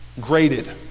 graded